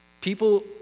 people